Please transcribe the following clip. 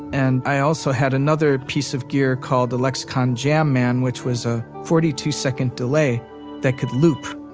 and i also had another piece of gear called a lexicon jamman, which was a forty two second delay that could loop.